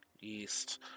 east